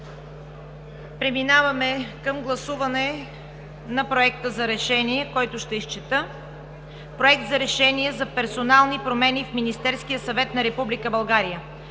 Преминаваме към гласуване на Проекта за решение, който ще изчета: „Проект! РЕШЕНИЕ за персонални промени в Министерския съвет на Република България